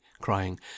crying